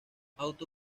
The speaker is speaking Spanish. auto